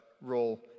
role